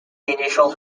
initial